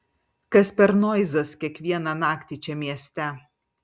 kas per noizas kiekvieną naktį čia mieste